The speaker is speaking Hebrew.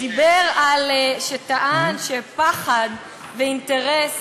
שטען שפחד ואינטרס